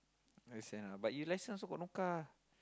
ya sia but you lesson also got no car